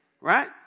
Right